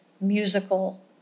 musical